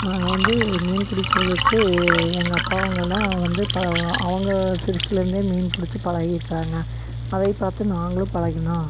நாங்கள் வந்து மீன் பிடிக்கிறதுக்கு எங்கள் அப்பாவுங்களெலாம் வந்து அவங்க சிறுசுலேருந்தே மீன் பிடிச்சி பழகிருக்காங்க அதை பார்த்து நாங்களும் பழகினோம்